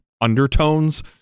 undertones